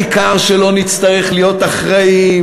העיקר שלא נצטרך להיות אחראים,